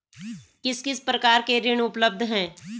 किस किस प्रकार के ऋण उपलब्ध हैं?